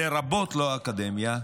לרבות האקדמיה,